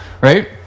Right